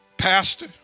pastor